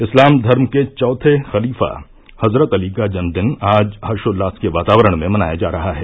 इस्लाम धर्म के चौथे खलीफा हजरत अली का जन्म दिन आज हर्षोल्लास के वातावरण में मनाया जा रहा है